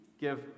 give